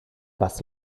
was